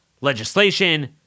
legislation